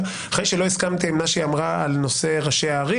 אחרי שלא הסכמתי עם מה שהיא אמרה על נושא הערים,